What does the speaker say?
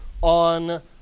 on